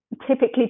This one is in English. Typically